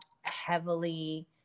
heavily